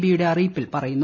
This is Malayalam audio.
ബി യുടെ അറിയിപ്പിൽ പറയുന്നു